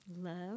love